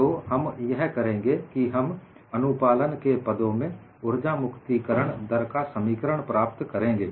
तो हम यह करेंगे कि हम अनुपालन के पदों में उर्जा मुक्ति करण दर का समीकरण प्राप्त करेंगे